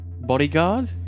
Bodyguard